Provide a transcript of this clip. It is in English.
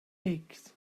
aches